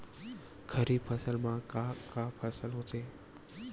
खरीफ फसल मा का का फसल होथे?